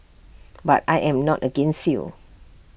but I am not against you